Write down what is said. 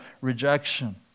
rejection